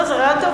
זה רעיון טוב,